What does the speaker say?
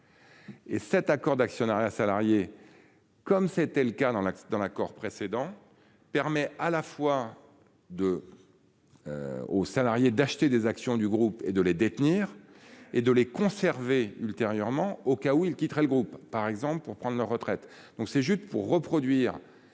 Et cet accord d'actionnariat salarié. Comme c'était le cas dans la dans l'accord précédent permet à la fois de. Aux salariés d'acheter des actions du groupe et de les détenir et de les conserver ultérieurement au cas où il quittera le groupe par exemple pour prendre leur retraite donc c'est juste pour reproduire.